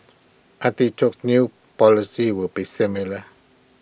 artichoke's new policy will be similar